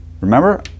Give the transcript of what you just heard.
Remember